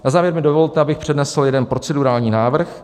Na závěr mi dovolte, abych přednesl jeden procedurální návrh.